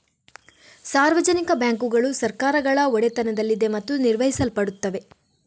ಸಾರ್ವಜನಿಕ ಬ್ಯಾಂಕುಗಳು ಸರ್ಕಾರಗಳ ಒಡೆತನದಲ್ಲಿದೆ ಮತ್ತು ನಿರ್ವಹಿಸಲ್ಪಡುತ್ತವೆ